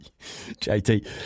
JT